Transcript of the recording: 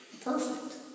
perfect